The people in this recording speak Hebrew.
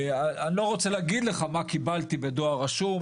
אני לא רוצה להגיד לך מה קיבלתי בדואר רשום,